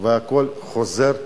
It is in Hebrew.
והכול חוזר לחינוך.